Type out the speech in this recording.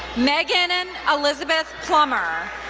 megan and elizabeth plummer,